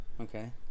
Okay